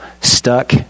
stuck